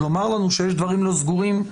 לומר לנו שיש דברים לא סגורים,